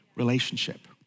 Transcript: relationship